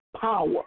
Power